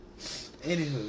Anywho